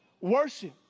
worship